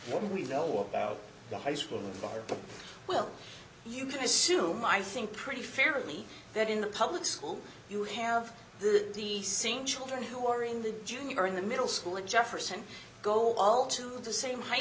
what we know about the high school well you can assume i think pretty fairly that in the public school you have the the same children who are in the junior or in the middle school in jefferson go all to the same high